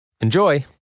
Enjoy